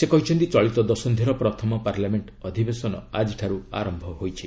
ସେ କହିଛନ୍ତି ଚଳିତ ଦଶନ୍ଧିର ପ୍ରଥମ ପାର୍ଲାମେଣ୍ଟ ଅଧିବେସନ ଆଜିଠାରୁ ଆରମ୍ଭ ହୋଇଛି